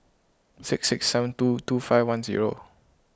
six six seven two two five one zero